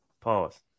Pause